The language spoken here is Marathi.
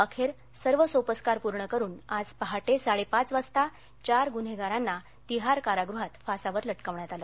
अखेर सर्व सोपस्कार पूर्ण होऊन आज पहाटे साडेपाच वाजता चार गुन्हेगारांना तिहार कारागृहात फासावर लटकवण्यात आलं